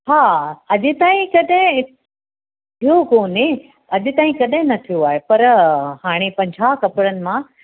हा अॼु ताईं कॾहिं थियो कोन्हे अॼु ताईं कॾहिं न थियो आहे पर हाणे पंजाह कपिड़नि मां